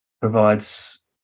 provides